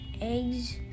eggs